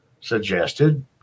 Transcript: suggested